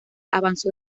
avanzó